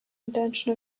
intention